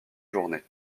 journée